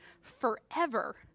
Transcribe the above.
forever